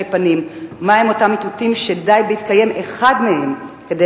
פנים מהם אותם איתותים שדי בהתקיים אחד מהם כדי